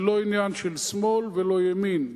זה לא עניין של שמאל וימין,